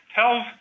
tells